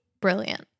brilliant